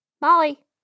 Molly